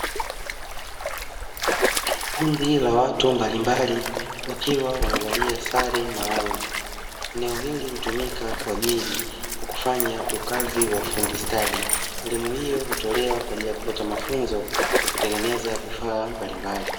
Kundi la watu mbalimbali wakiwa wamevalia sare maalum. Eneo hili hutumika kwaajili kufanya ukazi wa ufundi stadi. Elimu hiyo hutolewa kwaajili ya kupata mafunzo ya kutengeneza vifaa mbalimbali